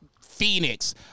Phoenix